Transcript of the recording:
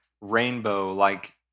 rainbow-like